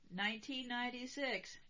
1996